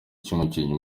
cy’umukinnyi